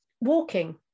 Walking